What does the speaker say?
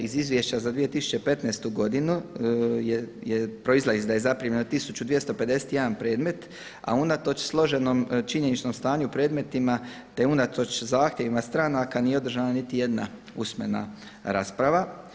Iz Izvješća za 2015. godinu proizlazi da je zaprimljeno tisuću 251 predmet, a unatoč složenom činjeničnom stanju u predmetima te unatoč zahtjevima stranaka nije održana niti jedna usmena rasprava.